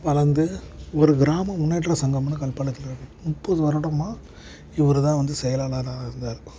வளர்ந்து ஒரு கிராம முன்னேற்ற சங்கம்னு கல்பாளையத்தில் இருக்குது முப்பது வருடமாக இவர்தான் வந்து செயலாளராக இருந்தார்